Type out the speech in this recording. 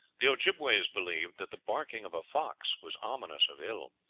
the ojibbeways believed that the barking of a fox was ominous of ill.